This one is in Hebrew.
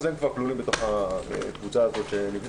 אז הם כבר כלולים בתוך הקבוצה שנבדקה.